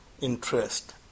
interest